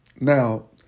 Now